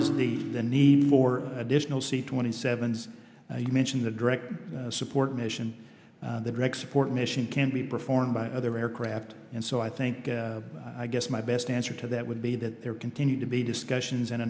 maurice the the need for additional c twenty seven's you mentioned the direct support mission the direct support mission can be performed by other aircraft and so i think i guess my best answer to that would be that there continue to be discussions and